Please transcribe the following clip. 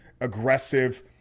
aggressive